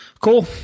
Cool